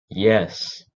yes